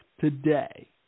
today